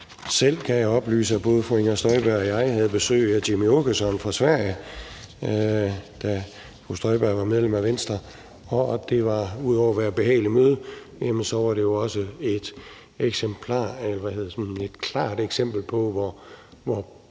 Selv kan jeg oplyse, at både fru Inger Støjberg og jeg havde besøg af Jimmie Åkesson fra Sverige, da fru Inger Støjberg var medlem af Venstre. Ud over at være et behageligt møde var det jo også et klart eksempel på, hvor panisk